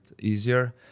easier